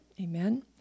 Amen